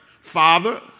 Father